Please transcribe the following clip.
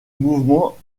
mouvement